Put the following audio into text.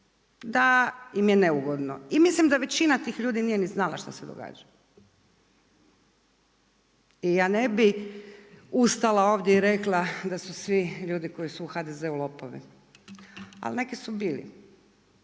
da im je neugodno. I mislim da većina tih ljudi nije ni znala šta se događa. I ja ne bi ustala ovdje i rekla da su svi ljudi koji su u HDZ-u lopovi, ali neki su bili,